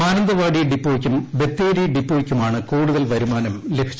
മാനന്തവാടി ഡിപ്പോയ്ക്കും ബത്തേരി ഡിപ്പോയ്ക്കുമാണ് കൂടുതൽ വരുമാനം ലഭിച്ചത്